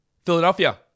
Philadelphia